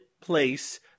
Place